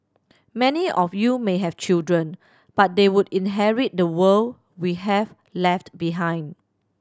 many of you may have children but they would inherit the world we have left behind